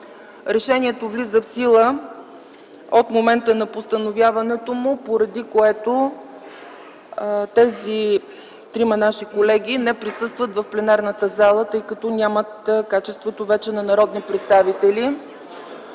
Решението влиза в сила от момента на постановяването му, поради което тези трима наши колеги не присъстват в пленарната зала, тъй като вече нямат качеството на народни представители.